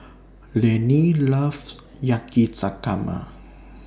Leanne loves Yakizakana